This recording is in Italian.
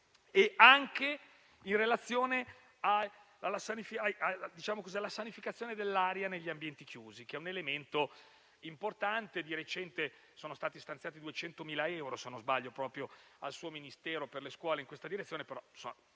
anche in relazione alla sanificazione dell'aria negli ambienti chiusi, che è un elemento importante e di recente sono stati stanziati 200.000 euro proprio per il suo Ministero per andare in questa direzione nelle scuole.